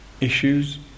issues